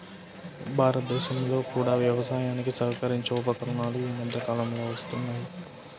భారతదేశంలో కూడా వ్యవసాయానికి సహకరించే ఉపకరణాలు ఈ మధ్య కాలంలో వస్తున్నాయి